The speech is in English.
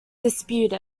dispute